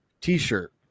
T-shirt